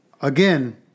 again